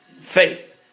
faith